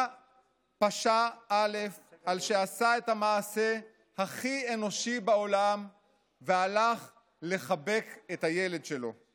מה פשע א' על שעשה את המעשה הכי אנושי בעולם והלך לחבק את הילד שלו?